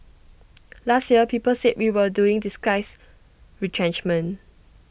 last year people said we were doing disguised retrenchment